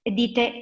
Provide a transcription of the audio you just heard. dite